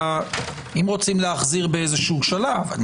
אם רוצים להחזיר באיזשהו שלב.